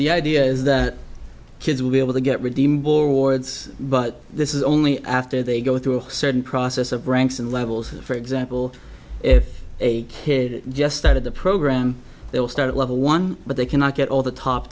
the idea is that kids will be able to get redeemed boards but this is only after they go through a certain process of ranks and levels for example if a kid just started the program they will start at level one but they cannot get all the top